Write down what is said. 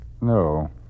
No